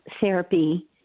therapy